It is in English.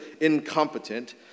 incompetent